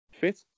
fit